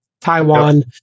Taiwan